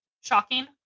Shocking